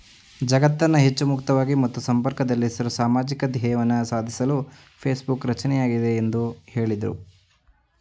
ಜಗತ್ತನ್ನ ಹೆಚ್ಚು ಮುಕ್ತವಾಗಿ ಮತ್ತು ಸಂಪರ್ಕದಲ್ಲಿರಿಸಲು ಸಾಮಾಜಿಕ ಧ್ಯೇಯವನ್ನ ಸಾಧಿಸಲು ಫೇಸ್ಬುಕ್ ರಚಿಸಲಾಗಿದೆ ಎಂದು ಹೇಳಿದ್ರು